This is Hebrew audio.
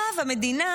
המדינה